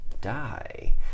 die